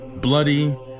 bloody